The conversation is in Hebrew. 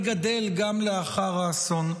וגדל גם לאחר האסון.